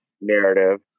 narrative